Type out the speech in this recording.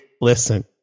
listen